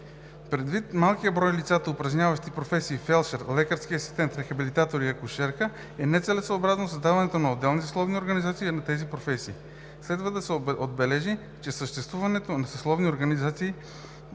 Предвид малкия брой на лицата, упражняващи професиите „фелдшер“, „лекарски асистент“, „рехабилитатор“ и „акушерка“, е нецелесъобразно създаването на отделни съсловни организации на тези професии. Следва да се отбележи, че съществуването на множество съсловни организации